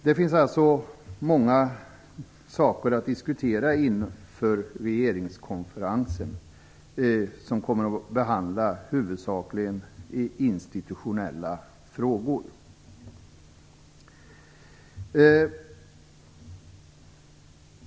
Det finns alltså många saker att diskutera inför regeringskonferensen, som huvudsakligen kommer att behandla institutionella frågor.